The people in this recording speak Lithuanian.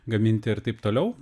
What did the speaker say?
gaminti ir taip toliau